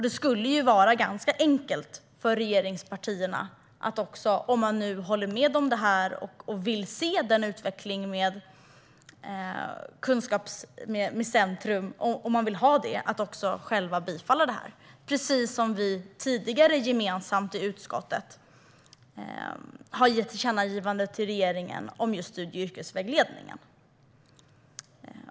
Det skulle vara enkelt för regeringspartierna, om de håller med och vill se en utveckling med kunskapscentrum, att bifalla reservationerna, precis som man tidigare gemensamt i utskottet har gjort ett tillkännagivande till regeringen om just studie och yrkesvägledningen.